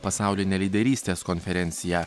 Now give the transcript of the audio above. pasaulinę lyderystės konferenciją